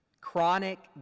chronic